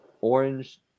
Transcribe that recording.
Orange